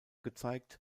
gezeigt